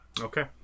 Okay